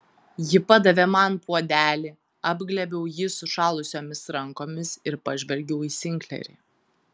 ji padavė man puodelį apglėbiau jį sušalusiomis rankomis ir pažvelgiau į sinklerį